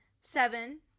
Seven